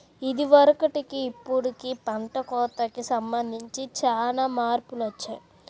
ఇదివరకటికి ఇప్పుడుకి పంట కోతకి సంబంధించి చానా మార్పులొచ్చాయ్